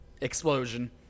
Explosion